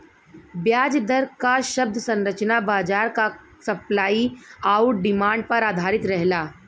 ब्याज दर क शब्द संरचना बाजार क सप्लाई आउर डिमांड पर आधारित रहला